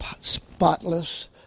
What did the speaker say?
spotless